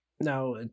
Now